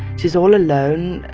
she's all alone,